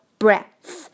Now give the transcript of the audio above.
breath